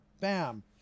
bam